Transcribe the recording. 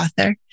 author